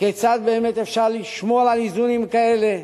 כיצד באמת אפשר לשמור על איזונים כאלה,